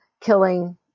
killing